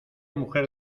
mujer